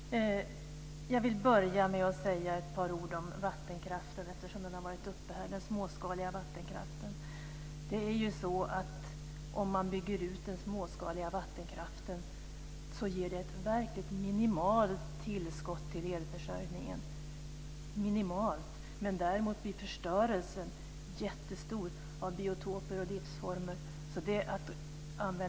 Fru talman! Jag vill börja med att säga ett par ord om den småskaliga vattenkraften, eftersom den har varit upp här. Om man bygger ut den så ger den ett verkligt minimalt tillskott till elförsörjningen. Förstörelsen av biotoper och livsformer blir däremot jättestor.